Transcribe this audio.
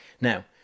now